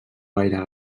gaire